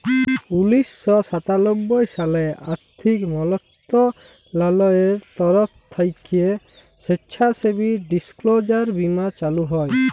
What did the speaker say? উনিশ শ সাতানব্বই সালে আথ্থিক মলত্রলালয়ের তরফ থ্যাইকে স্বেচ্ছাসেবী ডিসক্লোজার বীমা চালু হয়